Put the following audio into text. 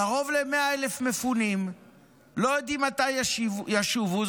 קרוב ל-100,000 מפונים לא יודעים מתי ישובו,